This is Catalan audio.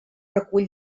recull